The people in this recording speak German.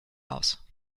aus